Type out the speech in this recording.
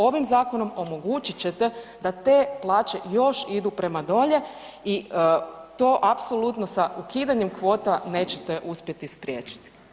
Ovim zakonom omogućit ćete da te plaće još idu prema dolje i to apsolutno sa ukidanjem kvota nećete uspjeti spriječiti.